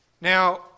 Now